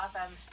awesome